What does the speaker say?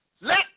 Let